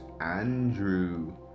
Andrew